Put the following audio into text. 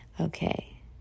Okay